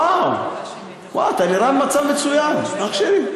וואו, וואו, אתה נראה במצב מצוין, אח שלי.